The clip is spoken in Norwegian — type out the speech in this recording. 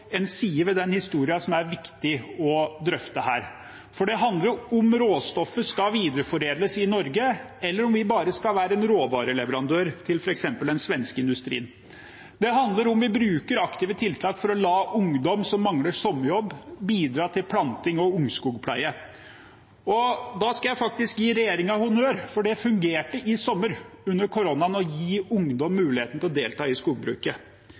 en side ved den historien som det er viktig å drøfte her, for det handler om hvorvidt råstoffet skal videreforedles i Norge, eller om vi bare skal være en råvareleverandør til f.eks. den svenske industrien. Det handler om hvorvidt vi bruker aktive tiltak for å la ungdom som mangler sommerjobb, bidra til planting og ungskogpleie. Da skal jeg faktisk gi regjeringen honnør, for det fungerte i sommer, under koronaen, å gi ungdom muligheten til å delta i skogbruket.